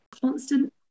Constant